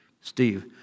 Steve